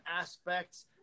aspects